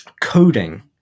Coding